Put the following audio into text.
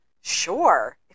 sure